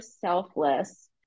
selfless